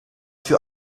für